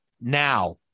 now